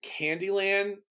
Candyland